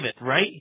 right